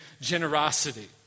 generosity